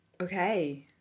okay